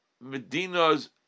Medina's